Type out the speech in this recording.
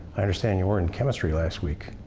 i understand you weren't in chemistry last week.